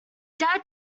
dad